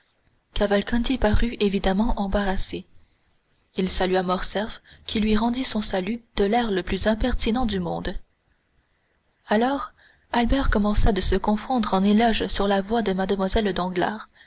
parut évidemment embarrassé il salua morcerf qui lui rendit son salut de l'air le plus impertinent du monde alors albert commença de se confondre en éloges sur la voix de